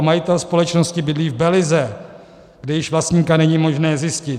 Majitel společnosti bydlí v Belize, kde již vlastníka není možné zjistit.